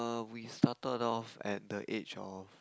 we started off at the age of